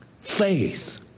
Faith